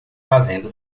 fazendo